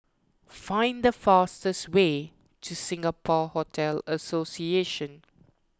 find the fastest way to Singapore Hotel Association